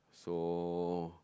so